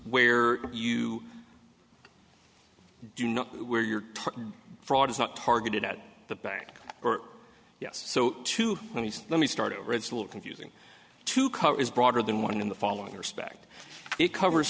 where you do you know where your target fraud is not targeted at the bank or yes so to me let me start over it's a little confusing to cover is broader than one in the following respect it covers